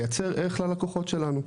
לייצר ערך לקוחות שלנו.